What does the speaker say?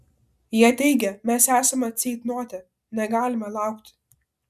jie teigia mes esame ceitnote negalime laukti